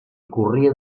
corria